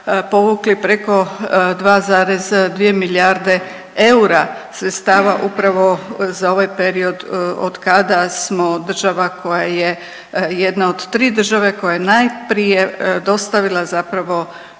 povukli preko 2,2 milijarde eura sredstava upravo za ovaj period od kada smo država koja je jedna od tri države koja je najprije dostavila zapravo